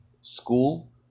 school